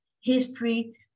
history